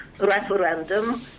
referendum